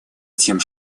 тем